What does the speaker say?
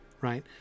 Right